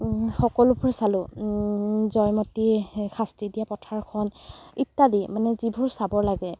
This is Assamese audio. সকলোবোৰ চালোঁ জয়মতী সেই শাস্তি দিয়া পথাৰখন ইত্যাদি মানে যিবোৰ চাব লাগে